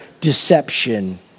deception